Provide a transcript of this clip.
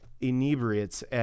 inebriates